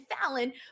Fallon